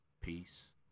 Peace